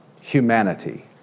humanity